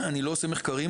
אני לא עושה מחקרים,